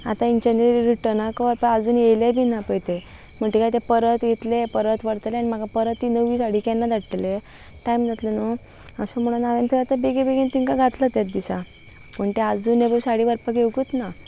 आतां हेंच्यानीर रिटर्नाक व्हरपा आजून येयले बी ना पय तें म्हण टिकाय तें परत येतले परत व्हरतलें आनी म्हाका परत ती नवी साडी केन्ना धाडटले टायम जातले न्हू अशें म्हणून हांवेनथंय आतांेगी बेगीन तेंकां घातलो तेच दिसा प तेी आजून हेो सडी व्हरपाक येवकूच ना